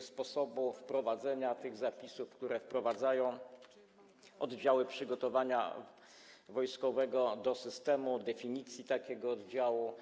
sposobu wprowadzenia tych zapisów, które wprowadzają oddziały przygotowania wojskowego do systemu, które dotyczą definicji takiego oddziału.